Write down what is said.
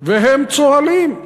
והם צוהלים.